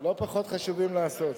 לא פחות חשובים לעשות.